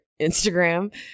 Instagram